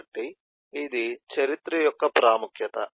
కాబట్టి ఇది చరిత్ర యొక్క ప్రాముఖ్యత